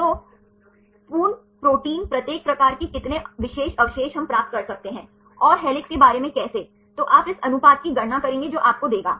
तो पूर्ण प्रोटीन प्रत्येक प्रकार के कितने विशेष अवशेष हम प्राप्त कर सकते हैं और हेलिक्स के बारे में कैसे तो आप इस अनुपात की गणना करेंगे जो आपको देगा